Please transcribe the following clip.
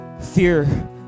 fear